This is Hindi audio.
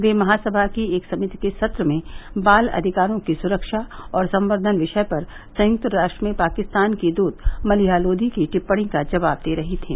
वे महासभा की एक समिति के सत्र में बाल अधिकारों की सुरक्षा और संवर्दन विषय पर संयुक्त राष्ट्र में पाकिस्तान की दूत मलिहा लोधी की टिप्पणी का जवाब दे रही थीं